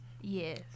Yes